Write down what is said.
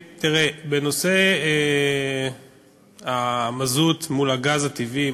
בנושא המזוט מול הגז הטבעי,